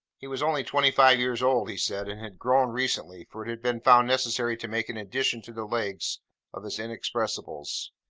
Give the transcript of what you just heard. he was only twenty-five years old, he said, and had grown recently, for it had been found necessary to make an addition to the legs of his inexpressibles.